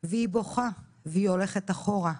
והיא בוכה, והיא הולכת אחורה,